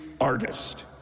artist